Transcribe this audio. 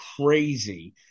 crazy